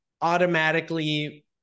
automatically